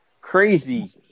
crazy